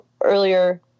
earlier